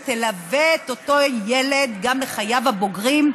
תלווה את אותו ילד גם בחייו הבוגרים,